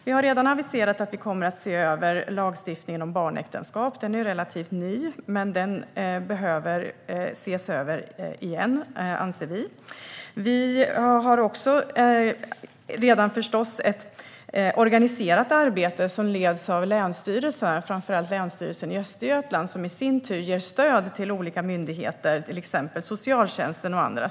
Vi har redan aviserat att vi kommer att se över lagstiftningen om barnäktenskap. Den är relativt ny, men den behöver ses över igen, anser vi. Vi har också förstås redan ett organiserat arbete som leds av länsstyrelserna, framför allt Länsstyrelsen i Östergötland, som i sin tur ger stöd till olika myndigheter, till exempel socialtjänsten.